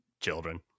Children